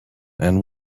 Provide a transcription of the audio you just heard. and